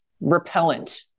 repellent